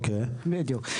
בדיוק.